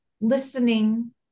listening